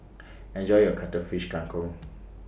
Enjoy your Cuttlefish Kang Kong